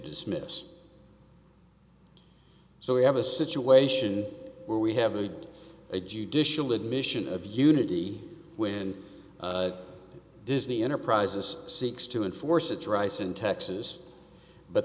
dismiss so we have a situation where we have a judicial admission of unity when disney enterprises seeks to enforce its rice in texas but